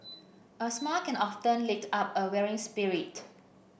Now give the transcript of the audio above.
a smile can often lift up a weary spirit